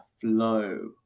flow